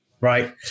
right